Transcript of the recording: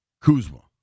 Kuzma